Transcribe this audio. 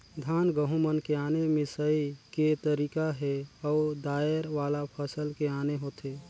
धान, गहूँ मन के आने मिंसई के तरीका हे अउ दायर वाला फसल के आने होथे